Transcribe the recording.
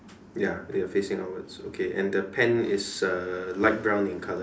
ya they are facing outwards okay and the pen is uh light brown in colour